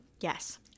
yes